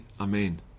Amen